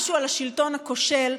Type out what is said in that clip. משהו על השלטון הכושל,